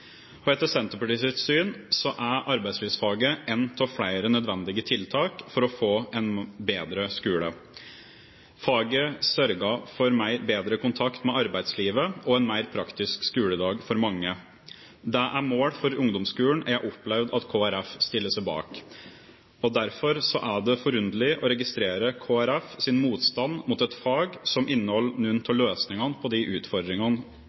Og etter Senterpartiets syn er arbeidslivsfaget ett av flere nødvendige tiltak for å få en bedre skole. Faget sørger for bedre kontakt med arbeidslivet og en mer praktisk skoledag for mange. Det er mål for ungdomsskolen jeg har opplevd at Kristelig Folkeparti stiller seg bak. Derfor er det forunderlig å registrere Kristelig Folkepartis motstand mot et fag som inneholder noen av løsningene på de utfordringene